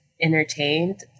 entertained